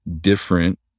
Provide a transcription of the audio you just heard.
different